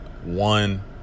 One